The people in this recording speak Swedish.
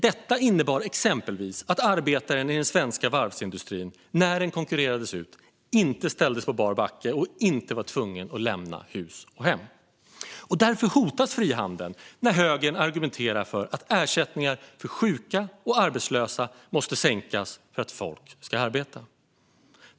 Detta innebar exempelvis att arbetaren i den svenska varvsindustrin när denna konkurrerades ut inte ställdes på bar backe och inte var tvungen att lämna hus och hem. Därför hotas frihandeln när högern argumenterar för att ersättningar för sjuka och arbetslösa måste sänkas för att folk ska arbeta.